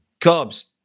Cubs